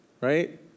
right